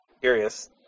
curious